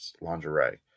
lingerie